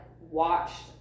watched